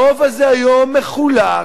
הרוב הזה היום מחולק.